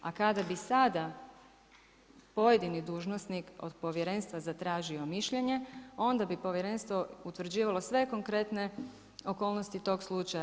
A kada bi sada pojedini dužnosnik od povjerenstva zatražio mišljenje onda bi povjerenstvo utvrđivalo sve konkretne okolnosti tog slučaja.